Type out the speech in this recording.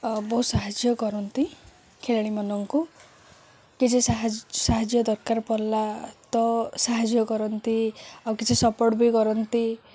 ବହୁତ ସାହାଯ୍ୟ କରନ୍ତି ଖେଳାଳୀମାନଙ୍କୁ କିଛି ସାହାଯ୍ୟ ଦରକାର ପଡ଼ିଲା ତ ସାହାଯ୍ୟ କରନ୍ତି ଆଉ କିଛି ସପୋର୍ଟ ବି କରନ୍ତି